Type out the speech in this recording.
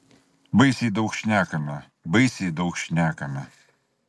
baisiai daug šnekame baisiai daug šnekame